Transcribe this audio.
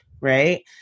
right